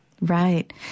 Right